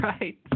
right